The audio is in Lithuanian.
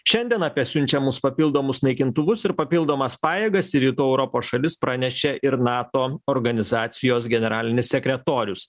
šiandien apie siunčiamus papildomus naikintuvus ir papildomas pajėgas į rytų europos šalis pranešė ir nato organizacijos generalinis sekretorius